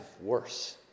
worse